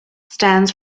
stands